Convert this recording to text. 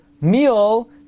meal